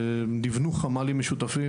נבנו חמ"לים משותפים,